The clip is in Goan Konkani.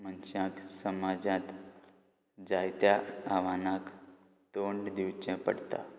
मनशांक समाजांत जायत्या आव्हानांक तोंड दिवचें पडटा